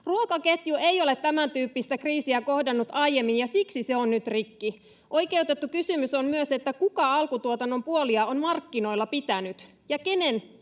Ruokaketju ei ole tämäntyyppistä kriisiä kohdannut aiemmin, ja siksi se on nyt rikki. Oikeutettu kysymys on myös, kuka alkutuotannon puolia on markkinoilla pitänyt ja kenen